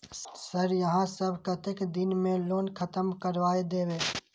Sir यहाँ सब कतेक दिन में लोन खत्म करबाए देबे?